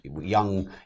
young